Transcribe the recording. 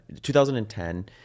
2010